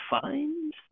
find